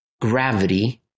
gravity